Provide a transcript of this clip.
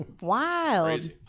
Wild